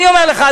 אני אומר לך,